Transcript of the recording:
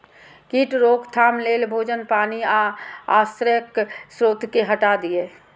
कीट रोकथाम लेल भोजन, पानि आ आश्रयक स्रोत कें हटा दियौ